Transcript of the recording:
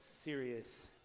serious